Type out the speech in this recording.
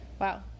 Wow